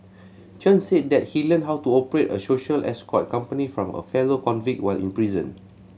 Chen said that he learned how to operate a social escort company from a fellow convict while in prison